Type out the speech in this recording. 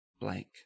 Blank